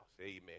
amen